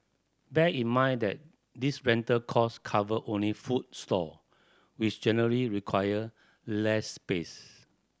bear in mind that this rental cost cover only food stall which generally require less space